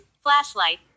flashlight